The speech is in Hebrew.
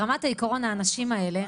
ברמת העיקרון האנשים האלה,